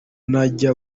najya